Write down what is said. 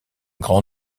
grand